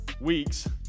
weeks